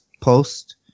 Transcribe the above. post